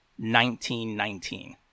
1919